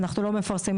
אנחנו לא מפרסמים,